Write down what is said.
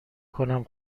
کنم